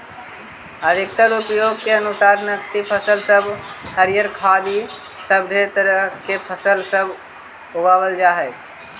अधिकतर उपयोग के अनुसार नकदी फसल सब हरियर खाद्य इ सब ढेर तरह के फसल सब उगाबल जा हई